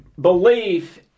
Belief